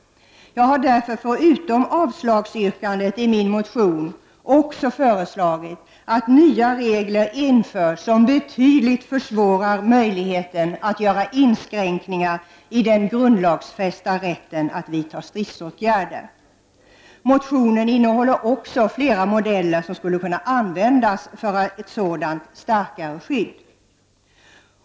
Det är därför jag, förutom avslagsyrkandet, i min motion har yrkandet att nya regler införs som betydligt försvårar möjligheten att göra inskränkningar i den grundlagsfästa rätten att vidta stridsåtgärder. Motionen innehåller också flera modeller som skulle kunna användas för ett sådant stärkt skydd.